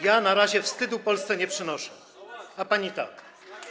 Ja na razie wstydu Polsce nie przynoszę, a pani tak.